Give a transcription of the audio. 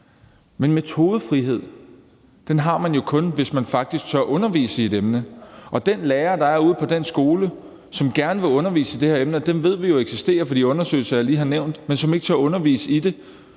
Men metodefrihed har man jo kun, hvis man faktisk tør undervise i et emne. De lærere, der er ude på en skole, som gerne vil undervise i det her emne – og dem ved vi jo eksisterer fra de undersøgelser, jeg lige har nævnt – men som ikke tør undervise i det,